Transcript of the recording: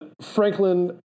Franklin